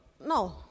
no